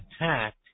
attacked